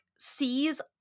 sees